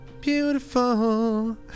beautiful